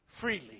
Freely